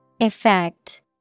Effect